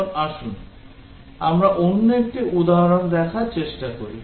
এখন আসুন আমরা অন্য একটি উদাহরণ দেখার চেষ্টা করি